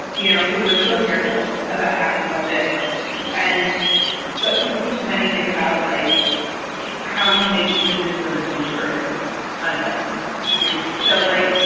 you know, who were so careful about having a budget and but couldn't teach them anything about like how you make decisions when the future is unknown with your money. so, like.